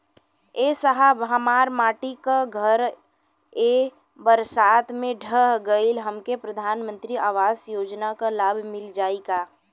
ए साहब हमार माटी क घर ए बरसात मे ढह गईल हमके प्रधानमंत्री आवास योजना क लाभ मिल जाई का?